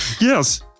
Yes